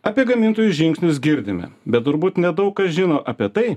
apie gamintojų žingsnius girdime bet turbūt nedaug kas žino apie tai